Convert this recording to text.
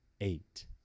eight